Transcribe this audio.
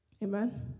Amen